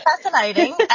Fascinating